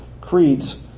creeds